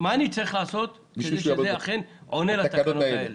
מה עליי לעשות בכדי שזה יענה על התקנות האלה?